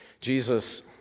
Jesus